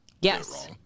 yes